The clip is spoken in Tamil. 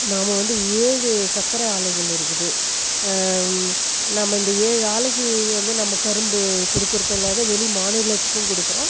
நாம வந்து ஏழு சக்கரை ஆலைகள் இருக்குது நம்ம இந்த ஏழு ஆலைக்கு வந்து நம்ம கரும்பு கொடுக்கறதும் இல்லாத வெளி மாநிலத்துக்கும் கொடுக்குறோம்